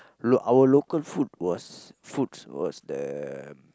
look our local food was foods was the